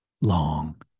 long